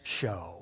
show